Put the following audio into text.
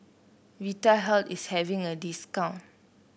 Vitahealth is having a discount